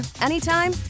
anytime